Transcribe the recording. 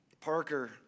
Parker